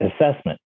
assessment